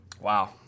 wow